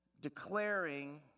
declaring